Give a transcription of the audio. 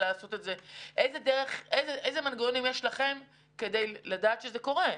אילו מנגנונים יש לכם כדי לדעת שזה קורה?